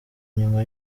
nyuma